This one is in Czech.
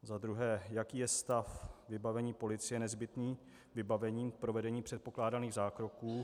Za druhé, jaký je stav vybavení policie nezbytným vybavením k provedení předpokládaných zákroků?